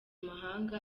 amahanga